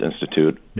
Institute